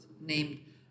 named